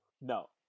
No